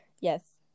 Yes